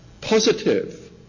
positive